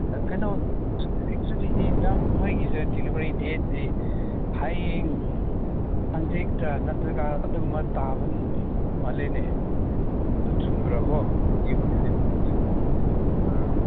ꯀꯩꯅꯣ ꯑꯦꯛꯆꯨꯌꯦꯜꯂꯤꯗꯤ ꯅꯪ ꯅꯣꯏꯒꯤꯁꯦ ꯗꯤꯂꯤꯚꯔꯤ ꯗꯦꯠꯇꯤ ꯍꯌꯦꯡ ꯍꯪꯆꯤꯠꯇ ꯅꯠꯇꯔꯒ ꯑꯗꯨꯒꯨꯝꯕ ꯇꯥꯕ ꯃꯥꯜꯂꯦꯅꯦ ꯑꯗꯨ ꯆꯨꯝꯕ꯭ꯔ ꯀꯣ ꯌꯦꯡꯉꯨꯅꯦ ꯍꯥꯏꯐꯦꯠ ꯌꯦꯡꯉꯨ ꯑꯥ